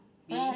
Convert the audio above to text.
B